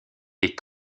est